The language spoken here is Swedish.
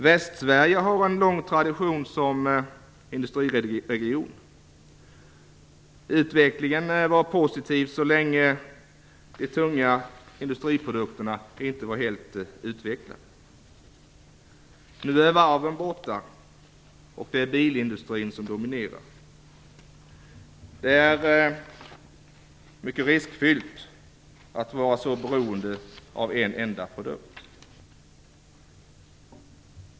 Västsverige har en lång tradition som industriregion. Utvecklingen var positiv så länge de tunga industriprodukterna inte var helt utvecklade. Nu är varven borta, och det är bilindustrin som dominerar. Det är mycket riskfyllt att vara så beroende av en enda produkt.